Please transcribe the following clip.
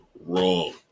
wrong